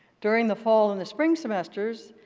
during the fall and the spring semesters,